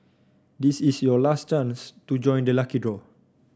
this is your last chance to join the lucky draw